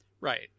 Right